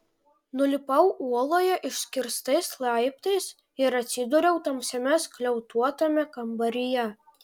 nulipau uoloje iškirstais laiptais ir atsidūriau tamsiame skliautuotame kambaryje